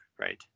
right